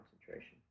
concentration